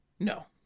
No